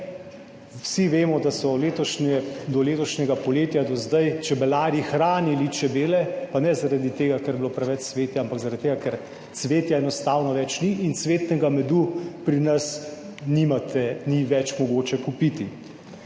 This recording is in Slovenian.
Vsi vemo, da so do letošnjega poletja do zdaj čebelarji hranili čebele, pa ne zaradi tega, ker je bilo preveč cvetja, ampak zaradi tega, ker cvetja enostavno več ni in cvetnega medu pri nas nimate, 70. TRAK: (VP)